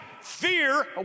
fear